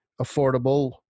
affordable